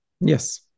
Yes